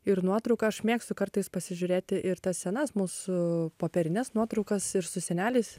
ir nuotrauką aš mėgstu kartais pasižiūrėti ir tas senas mūsų popierines nuotraukas ir su seneliais